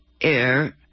air